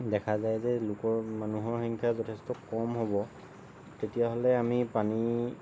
দেখা যায় যে লোকৰ মানুহৰ সংখ্য়া যথেষ্ট কম হ'ব তেতিয়াহ'লে আমি পানী